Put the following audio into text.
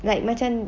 like macam